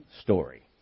story